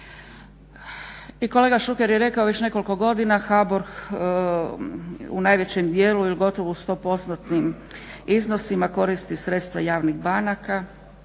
I kolega Šuker je rekao već nekoliko godina HBOR u najvećem dijelu ili u gotovo sto postotnim iznosima koristi sredstva javnih banaka